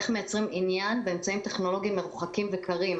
איך מייצרים עניין באמצעים טכנולוגיים מרוחקים וקרים?